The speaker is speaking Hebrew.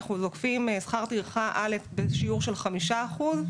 אנחנו זוקפים שכר טרחה א' בשיעור של 5 אחוזים